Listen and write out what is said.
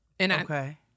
Okay